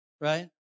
Right